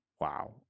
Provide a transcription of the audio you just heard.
wow